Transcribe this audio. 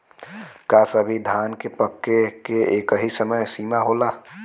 का सभी धान के पके के एकही समय सीमा होला?